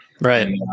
Right